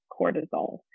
cortisol